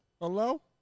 Hello